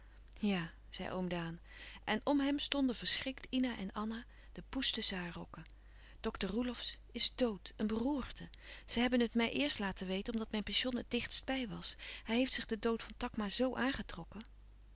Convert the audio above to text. ja zei oom daan en om hem stonden verschrikt ina en anna de poes tusschen haar rokken dokter roelofsz is dood een beroerte ze hebben het mij het eerst laten weten omdat mijn pension het dichtst bij was hij heeft zich de dood van takma zoo aangetrokken